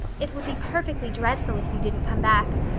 it would be perfectly dreadful if you didn't come back.